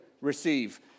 receive